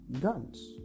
guns